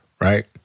right